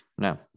No